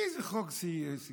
איזה חוק גיוס?